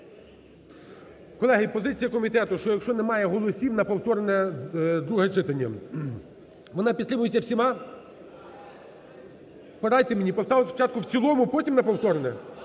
Колеги, позиція комітету, що якщо немає голосів, на повторне друге читання. Вона підтримується всіма? Порадьте мені: поставити спочатку в цілому, потім – на повторне?